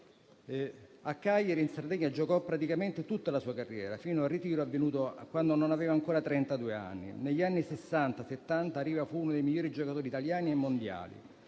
A Cagliari, in Sardegna, giocò praticamente tutta la sua carriera, fino al ritiro avvenuto quando non aveva ancora trentadue anni. Negli anni Sessanta e Settanta Riva fu uno dei migliori giocatori italiani e mondiali.